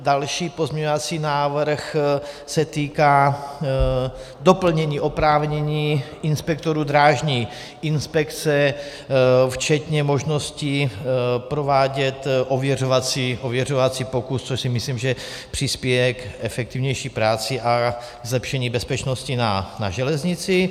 Další pozměňovací návrh se týká doplnění oprávnění inspektorů drážní inspekce včetně možností provádět ověřovací pokus, což si myslím, že přispěje k efektivnější práci a zlepšení bezpečnosti na železnici.